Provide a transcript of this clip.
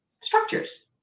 structures